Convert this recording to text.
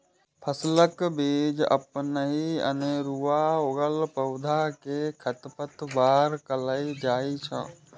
फसलक बीच अपनहि अनेरुआ उगल पौधा कें खरपतवार कहल जाइ छै